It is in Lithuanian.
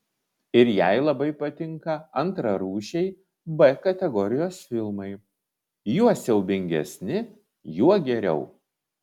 ir jai labai patinka antrarūšiai b kategorijos filmai juo siaubingesni juo geriau